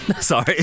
Sorry